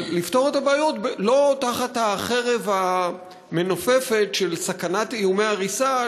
אבל לפתור את הבעיות לא תחת החרב המנופפת של סכנת איומי הריסה,